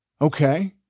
Okay